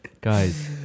Guys